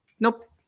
Nope